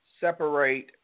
separate